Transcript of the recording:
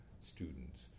students